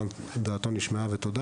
שדעתו נשמע ותודה